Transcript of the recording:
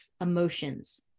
emotions